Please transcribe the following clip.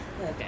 okay